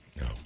No